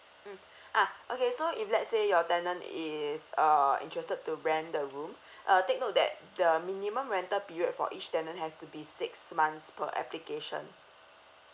mm ah okay so if let's say your tenant is uh interested to rent the room uh take note that the minimum rental period for each tenant has to be six months per application